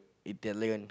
Italian